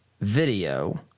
video